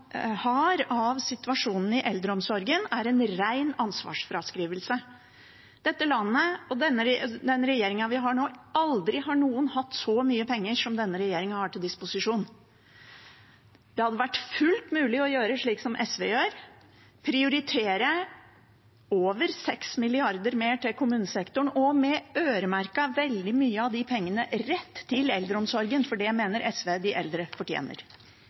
har av situasjonen i eldreomsorgen, er en ren ansvarsfraskrivelse. Aldri har dette landet og denne regjeringen vi har nå, hatt så mye penger til disposisjon. Det hadde vært fullt mulig å gjøre slik som SV gjør, prioritere over 6 mrd. kr mer til kommunesektoren og øremerke veldig mye av de pengene rett til eldreomsorgen, for det mener SV de eldre fortjener.